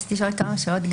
רציתי לשאול כמה שאלות.